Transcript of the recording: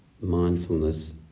mindfulness